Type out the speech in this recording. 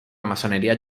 masonería